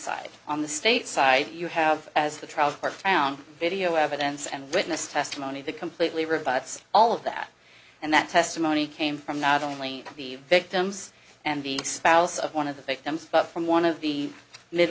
side on the state side you have as the trial court found video evidence and witness testimony that completely rebuts all of that and that testimony came from not only the victims and the spouse of one of the victims but from one of the mid